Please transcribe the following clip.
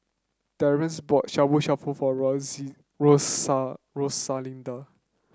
Terrell bought Shabu Shabu for Rosalinda